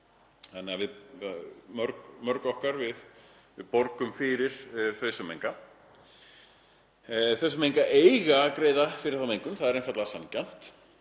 þannig að mörg okkar borga fyrir þau sem menga. Þau sem menga eiga að greiða fyrir þá mengun. Það er einfaldlega sanngjarnt.